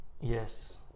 Yes